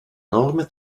enorme